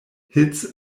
hits